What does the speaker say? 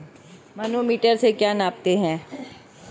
Manometer से क्या नापते हैं?